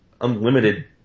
unlimited